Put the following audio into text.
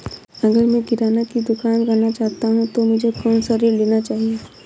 अगर मैं किराना की दुकान करना चाहता हूं तो मुझे कौनसा ऋण लेना चाहिए?